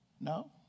No